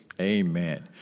Amen